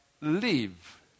live